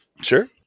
Sure